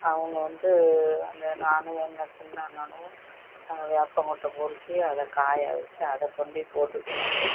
அவங்க வந்து அங்கே நான் எங்கள் சின்ன அண்ணணும் அங்கே வேப்பங்கொட்டை பொறுக்கி அதை காய வச்சு அதை கொண்டு போட்டுவிட்டு வந்து